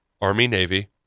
Army-Navy